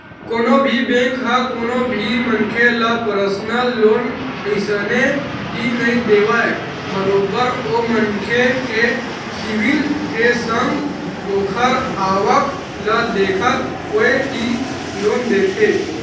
कोनो भी बेंक ह कोनो भी मनखे ल परसनल लोन अइसने ही नइ देवय बरोबर ओ मनखे के सिविल के संग ओखर आवक ल देखत होय ही लोन देथे